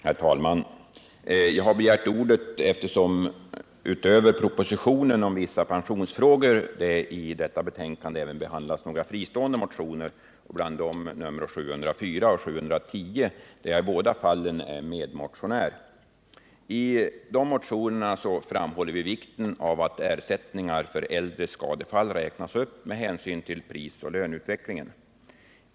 Herr talman! Jag har begärt ordet eftersom det utöver propositionen om vissa pensionsfrågor i detta betänkande behandlas även några fristående motioner, bland dem motionerna 704 och 710, där jag i båda fallen är medmotionär. I de motionerna framhåller vi vikten av att ersättningen för äldre skadefall räknas upp med hänsyn till prisoch löneutvecklingen.